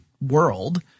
world